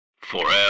Forever